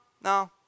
no